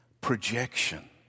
projection